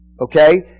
Okay